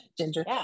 Ginger